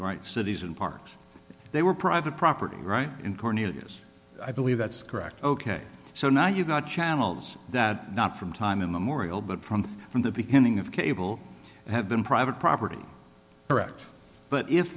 right cities and parks they were private property right in cornelia's i believe that's correct ok so now you've got channels that not from time immemorial but from the from the beginning of cable have been private property correct but if